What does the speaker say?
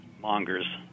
mongers